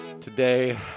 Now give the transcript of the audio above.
today